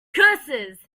curses